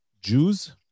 Jews